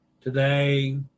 today